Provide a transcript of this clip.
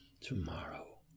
to-morrow